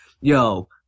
Yo